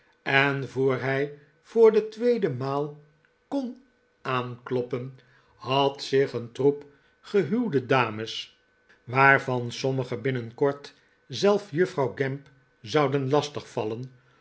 en voor hij voor de tweede maal kon aankloppen had zich een troep gehuwde dames waarvan sommige binnenkort zelf juffrouw gamp zouden lastig vallen